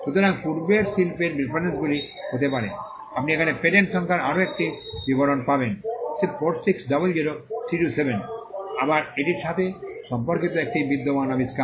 সুতরাং পূর্বের শিল্পের রেফারেন্সগুলি হতে পারে আপনি এখানে পেটেন্ট সংখ্যার আরও একটি বিবরণ পাবেন 4600327 আবার এটির সাথে সম্পর্কিত একটি বিদ্যমান আবিষ্কার